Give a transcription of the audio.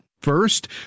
First